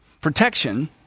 Protection